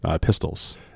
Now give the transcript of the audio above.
pistols